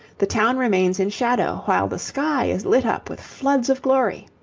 the town remains in shadow, while the sky is lit up with floods of glory.